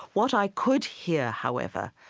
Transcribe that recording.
what i could hear, however,